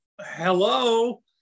hello